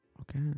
Okay